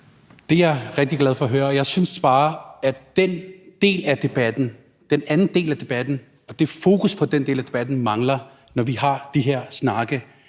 Det er jeg rigtig glad for at høre. Jeg synes bare, at den anden del af debatten og det fokus på den del af debatten mangler, når vi har de her snakke